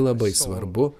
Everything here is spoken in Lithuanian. labai svarbu